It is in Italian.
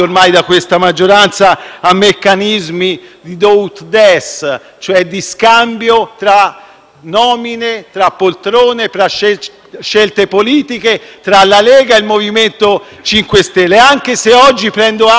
di nomine, poltrone e scelte politiche, tra la Lega e il MoVimento 5 Stelle, anche se prendo atto che oggi la maggioranza, su una questione così politicamente rilevante, di fatto si è allargata.